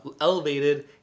elevated